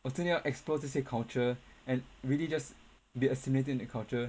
我真要 explore 这些 culture and really just be assimilated in that culture